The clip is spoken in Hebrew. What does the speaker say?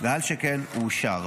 ועל כן הוא אושר.